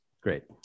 great